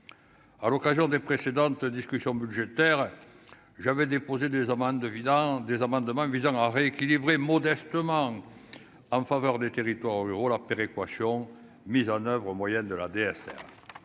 à l'occasion des précédentes discussions budgétaires j'avais déposé des amendes de vidant des amendements visant à rééquilibrer modestement en faveur des territoires ruraux, la péréquation mises en oeuvre au moyen de l'ADSL,